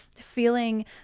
feeling